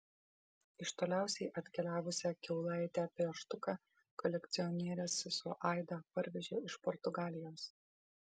iš toliausiai atkeliavusią kiaulaitę pieštuką kolekcionierės sesuo aida parvežė iš portugalijos